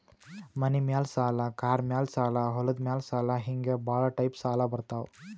ಮನಿ ಮ್ಯಾಲ ಸಾಲ, ಕಾರ್ ಮ್ಯಾಲ ಸಾಲ, ಹೊಲದ ಮ್ಯಾಲ ಸಾಲ ಹಿಂಗೆ ಭಾಳ ಟೈಪ್ ಸಾಲ ಬರ್ತಾವ್